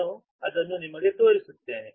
ನಾನು ಅದನ್ನು ನಿಮಗೆ ತೋರಿಸಿದ್ದೇನೆ